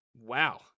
wow